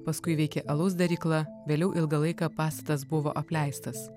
paskui veikė alaus darykla vėliau ilgą laiką pastatas buvo apleistas